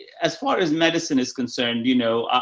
as far as medicine is concerned, you know,